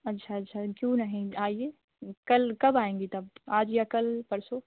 अच्छा अच्छा क्यों नहीं आइए कल कब आएँगी तब आज या कल परसो